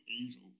Angel